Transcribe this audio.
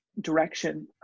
direction